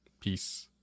Peace